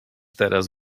teraz